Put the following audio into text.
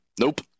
Nope